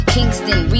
Kingston